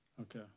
Okay